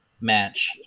match